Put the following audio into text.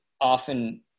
often